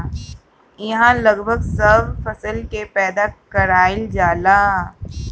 इहा लगभग सब फसल के पैदा कईल जाला